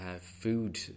food